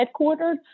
headquartered